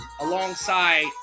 alongside